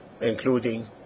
including